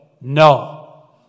no